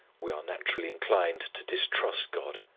we are naturally inclined to distrust god,